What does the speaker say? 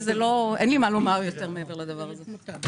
אין לי מה לומר יותר מעבר לדבר הזה.